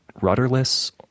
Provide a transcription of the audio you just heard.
rudderless